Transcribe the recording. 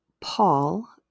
Paul